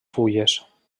fulles